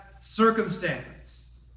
circumstance